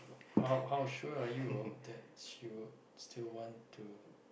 how how sure are you of that she will still want to